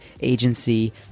agency